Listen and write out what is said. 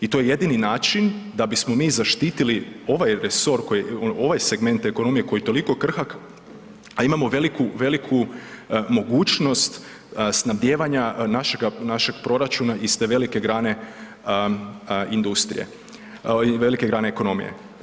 I to je jedini način da bismo mi zaštitili ovaj resor koji, ovaj segment ekonomije koji je toliko krhak, a imamo veliku, veliku mogućnost snabdijevanja našega, našeg proračuna iz te velike grane industrije i velike grane ekonomije.